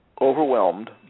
overwhelmed